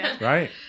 right